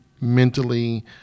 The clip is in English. mentally